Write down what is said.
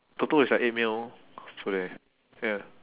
toto is like eight mil today ya